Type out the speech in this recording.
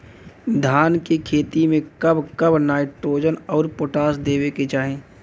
धान के खेती मे कब कब नाइट्रोजन अउर पोटाश देवे के चाही?